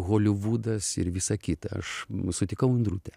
holivudas ir visa kita aš sutikau indrutę